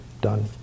Done